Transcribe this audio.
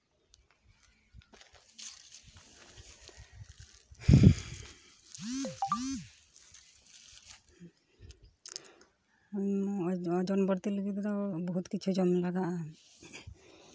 ᱱᱚᱣᱟ ᱳᱡᱚᱱ ᱵᱟᱹᱲᱛᱤ ᱞᱟᱹᱜᱤᱫ ᱛᱮᱫᱚ ᱵᱚᱦᱩᱛ ᱠᱤᱪᱷᱩ ᱡᱮᱢᱚᱱ ᱞᱟᱜᱟᱜᱼᱟ